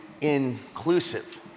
inclusive